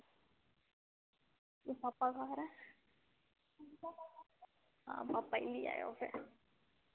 ते पापा घर ऐ हां पापा ही ली आयो फिर